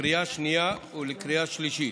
לקריאה השנייה ולקריאה השלישית.